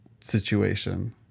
situation